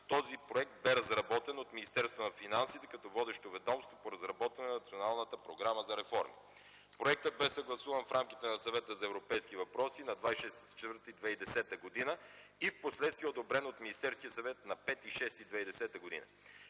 Този проект бе разработен от Министерството на финансите като водещо ведомство по разработване на Националната програма за реформи. Проектът бе съгласуван в рамките на Съвета за европейски въпроси на 20.04. 2010 г. и впоследствие одобрен от Министерския съвет на 05.06.2010 г.